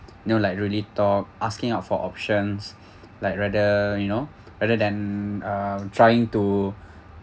you know like really talk asking out for options like rather you know rather than uh trying to